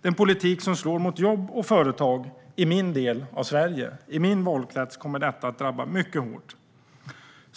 Det är en politik som slår mot jobb och företag i min del av Sverige. Min valkrets kommer att drabbas mycket hårt av detta.